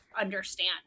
understand